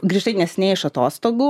grįžai neseniai iš atostogų